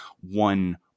one